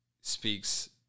speaks